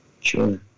Sure